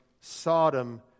Sodom